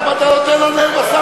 אז למה אתה נותן לו לנהל משא-ומתן?